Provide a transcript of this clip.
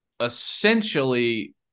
essentially